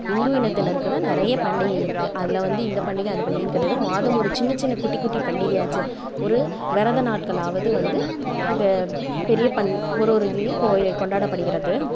இந்து இனத்தினர்க்குத்தான் நிறைய பண்டிகை இருக்கு அதில் வந்து இந்த பண்டிகை அந்த பண்டிகைன்னு கிடையாது மாதம் ஒரு சின்ன சின்ன குட்டி குட்டி பண்டிகையாச்சும் ஒரு விரத நாட்களாவது வந்து இதை பெரிய ஒரு ஒரு இதுலையும் கொண்டாடப்படுகிறது